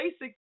basic